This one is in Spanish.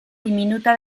diminuta